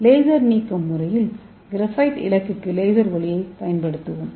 laser நீக்குதல் முறையில் graphite இலக்குக்கு லேசர் ஒளியைப் பயன்படுத்துவோம்